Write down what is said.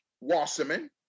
Wasserman